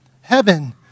Heaven